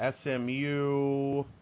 SMU